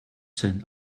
sein